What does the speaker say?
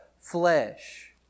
flesh